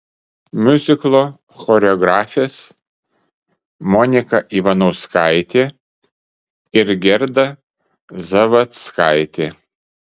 miuziklo choreografės monika ivanauskaitė ir gerda zavadzkaitė